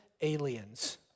aliens